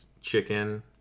chicken